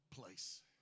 place